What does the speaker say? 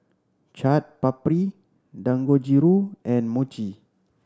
Chaat Papri Dangojiru and Mochi